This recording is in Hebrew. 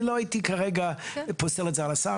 אני לא הייתי כרגע פוסל את זה על הסף.